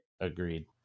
Agreed